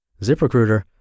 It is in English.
ZipRecruiter